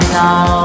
now